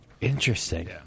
Interesting